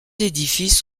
édifices